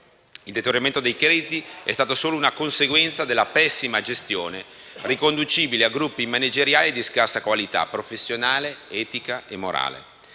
Il deterioramento dei crediti è stata solo una conseguenza della pessima gestione, riconducibile a gruppi manageriali di scarsa qualità professionale, etica e morale.